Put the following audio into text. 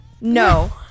No